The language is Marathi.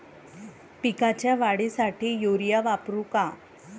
पिकाच्या वाढीसाठी युरिया वापरू का?